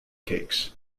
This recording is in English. cakes